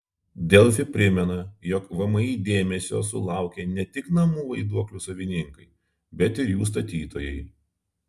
delfi primena jog vmi dėmesio sulaukė ne tik namų vaiduoklių savininkai bet ir jų statytojai